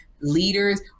Leaders